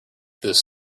this